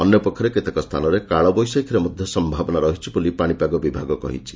ଅନ୍ୟ ପକ୍ଷରେ କେତେକ ସ୍ଥାନରେ କାଳବେଶାଖୀର ମଧ୍ଧ ସୟାବନା ରହିଛି ବୋଲି ପାଶିପାଗ ବିଭାଗ କହିଛି